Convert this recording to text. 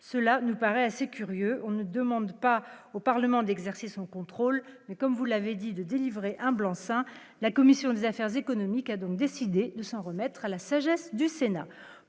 cela nous paraît assez curieux, on ne demande pas au Parlement d'exercer son contrôle mais comme vous l'avez dit de délivrer un blanc-seing, la commission des affaires économiques, a donc décidé de s'en remettre à la sagesse du Sénat